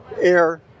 Air